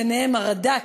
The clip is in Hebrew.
ביניהם הרד"ק,